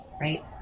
right